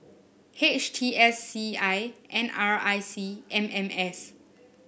H T S C I N R I C M M S